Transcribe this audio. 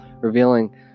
revealing